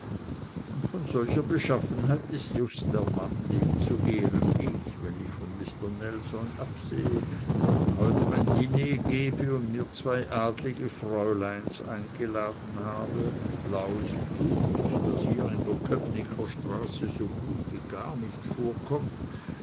und von solcher beschaffenheit ist just der mann dem zu ehren ich wenn ich von mister nelson absehe heute mein diner gebe und mir zwei adlige fräuleins eingeladen habe blaues blut das hier in der köpnicker straße so gut wie gar nicht vorkommt